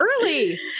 early